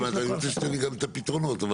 אני רוצה שתביא גם את הפתרונות.